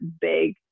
big